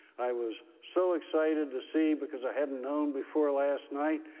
i was so excited to see, because i hadn't known before last night,